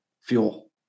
fuel